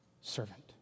Servant